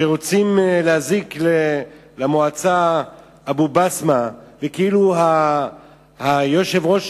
שרוצים להזיק למועצה אבו-בסמה, וכאילו היושב-ראש